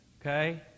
okay